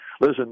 Listen